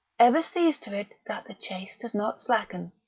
ever sees to it that the chase does not slacken.